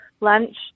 lunch